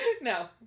No